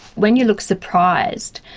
when you look surprised